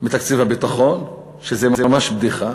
מתקציב הביטחון, שזה ממש בדיחה.